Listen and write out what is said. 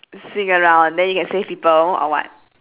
swing around then you can save people or what